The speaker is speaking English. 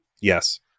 Yes